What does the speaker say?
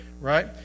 right